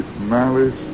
malice